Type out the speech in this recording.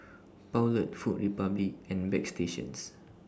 Poulet Food Republic and Bagstationz